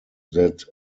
that